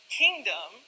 kingdom